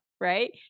right